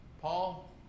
Paul